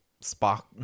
spark